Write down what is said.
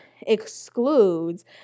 excludes